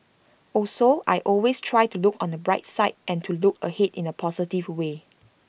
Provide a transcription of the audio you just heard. also I always try to look on the bright side and to look ahead in A positive way